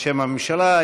בשם הממשלה,